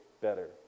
better